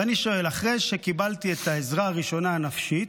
ואני שואל: אחרי שקיבלתי את העזרה הראשונה הנפשית,